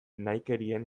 nahikerien